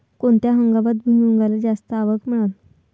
कोनत्या हंगामात भुईमुंगाले जास्त आवक मिळन?